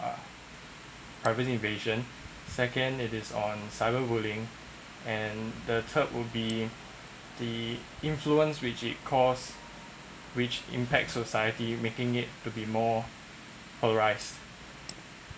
uh privacy invasion second it is on cyber-bullying and the third would be the influence which it costs which impacts society making it to be more arise